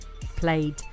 played